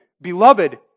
Beloved